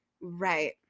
Right